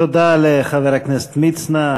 תודה לחבר הכנסת מצנע.